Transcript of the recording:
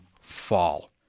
fall